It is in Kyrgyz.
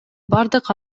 бардык